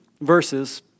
verses